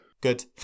Good